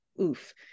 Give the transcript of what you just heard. Oof